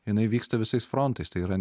jinai vyksta visais frontais tai yra